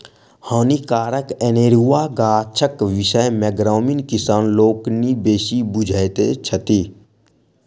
हानिकारक अनेरुआ गाछक विषय मे ग्रामीण किसान लोकनि बेसी बुझैत छथि